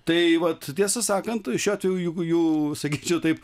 tai vat tiesą sakant šiuo atveju jeigu jau sakyčiau taip